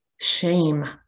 shame